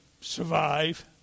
survive